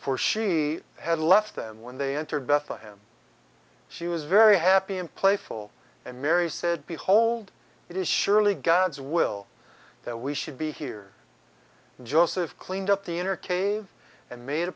for she had left them when they entered bethleham she was very happy and playful and mary said behold it is surely god's will that we should be here joseph cleaned up the inner cave and made a